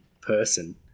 person